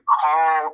call